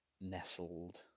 nestled